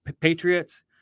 Patriots